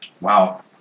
Wow